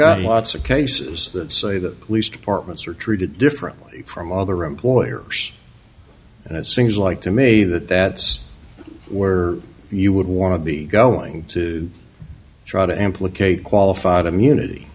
got lots of cases that say that police departments are treated differently from other employers that sings like to me that that's where you would want to be going to try to implicate qualified immunity